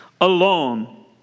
alone